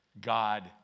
God